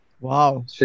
Wow